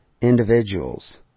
individuals